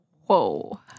whoa